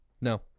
No